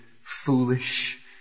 foolish